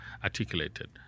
Articulated